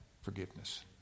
Forgiveness